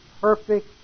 perfect